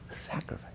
sacrifice